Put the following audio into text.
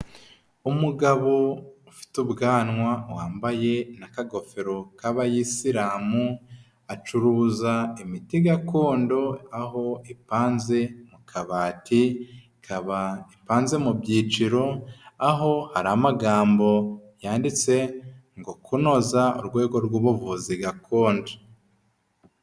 Umugabo ufite ubwanwa wambaye n'akagofero k'abayisiramu acuruza imiti gakondo aho ipanze mu kabati ikaba ipanze mu byiciro aho hari amagambo yanditse ngo kunoza urwego rw'ubuvuzi gakondo.